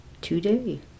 today